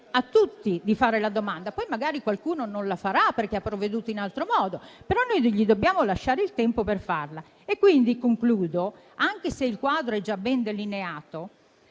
a tutti di fare la domanda, poi magari qualcuno non la farà, perché ha provveduto in altro modo; però noi gli dobbiamo lasciare il tempo per farla. Quindi, anche se il quadro è già ben delineato,